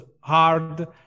hard